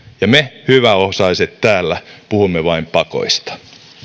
ja me hyväosaiset täällä puhumme vain pakoista